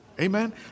amen